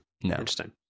Interesting